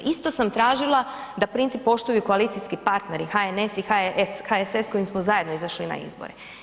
Isto sam tražila da princip poštuju i koalicijski partneri HNS i HS, HSS s kojim smo zajedno izašli na izbore.